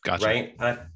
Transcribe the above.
right